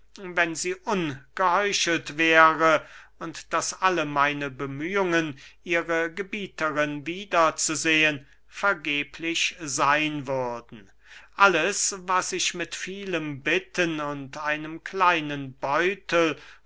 wenn sie ungeheuchelt wäre und daß alle meine bemühungen ihre gebieterin wieder zu sehen vergeblich seyn würden alles was ich mit vielem bitten und einem kleinen beutel